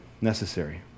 necessary